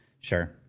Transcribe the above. Sure